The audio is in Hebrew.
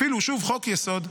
אפילו שוב חוק-יסוד,